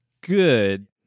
good